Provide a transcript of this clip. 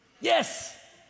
yes